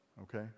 okay